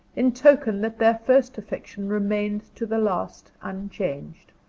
in token that their first affection remained to the last unchanged.